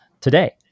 today